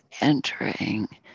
entering